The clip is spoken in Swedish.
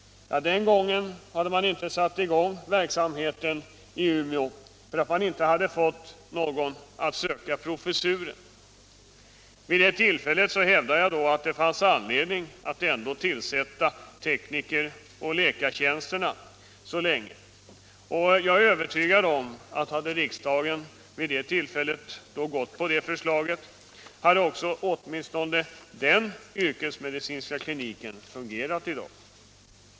Den gången hade man inte satt i gång verksamheten i Umeå därför att man inte hade fått någon att söka professuren. Vid det tillfället hävdade jag att det fanns anledning att ändå tillsätta teknikeroch läkartjänsterna så länge, och jag är övertygad om att hade riksdagen gått med på det förslaget hade åtminstone den yrkesmedicinska kliniken fungerat i dag.